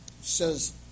says